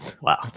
Wow